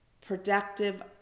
productive